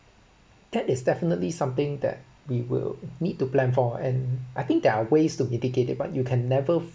that is definitely something that we will need to plan for and I think there are ways to mitigate it but you can never